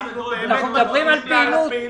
אנחנו מדברים על פעילות.